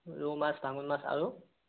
ৰৌ মাছ ভাঙোন মাছ আৰু